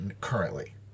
currently